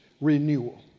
renewal